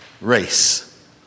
race